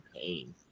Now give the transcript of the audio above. pain